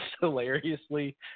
hilariously